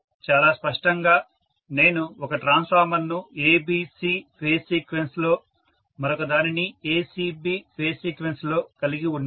చాలా స్పష్టంగా నేను ఒక ట్రాన్స్ఫార్మర్ ను ABC ఫేజ్ సీక్వెన్స్ లో మరొక దానిని ACB ఫేజ్ సీక్వెన్స్ లో కలిగి ఉండను